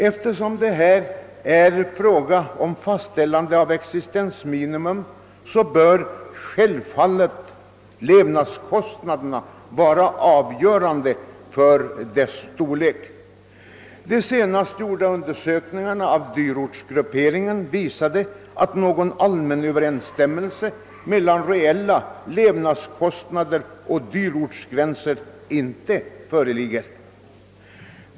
Eftersom det här är fråga om fastställandet av existensminimum «bör självfallet levnadskostnaderna vara avgörande för avdragens storlek. De senast gjorda undersökningarna av dyr ortsgrupperingen visade att någon allmän överensstämmelse mellan reella levnadskostnader och <dyrortsgränser inte föreligger.